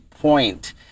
point